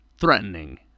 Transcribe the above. threatening